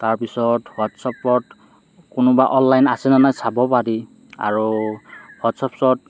তাৰপিছত হোৱাট্চআপত কোনোবা অনলাইন আছেনে নাই চাব পাৰি আৰু হোৱাট্চআপ চত